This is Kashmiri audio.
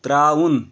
ترٛاوُن